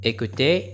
Écoutez